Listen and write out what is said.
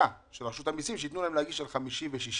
הבטחה של רשות המיסים שייתנו להם להגיש על מאי ויוני.